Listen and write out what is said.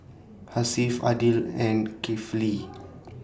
Hasif Aidil and Kifli